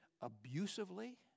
abusively